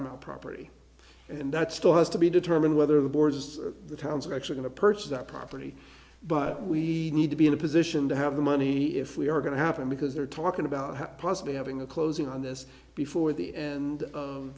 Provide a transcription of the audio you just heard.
of property and that still has to be determined whether the border towns are actually going to purchase that property but we need to be in a position to have the money if we are going to happen because they're talking about have possibly having a closing on this before the and